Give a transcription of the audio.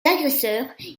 agresseurs